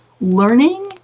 learning